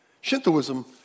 Shintoism